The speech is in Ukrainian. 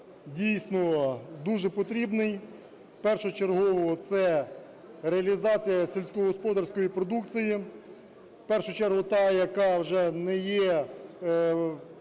дійсно дуже потрібний. Першочергово це реалізація сільськогосподарської продукції, в першу чергу та, яка вже не є